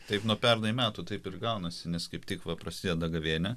taip nuo pernai metų taip ir gaunasi nes kaip tik va prasideda gavėnia